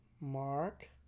Mark